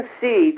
see